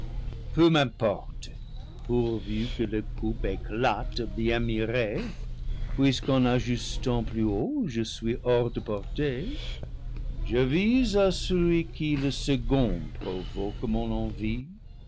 peu m'importe pourvu que le coup éclate bien miré puisque en ajustant plus haut je suis hors de portée je vise à celui qui le second provoque mon envie